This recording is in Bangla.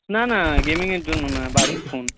নানা গেমিংয়ের জন্য নয় বাড়ির ফোন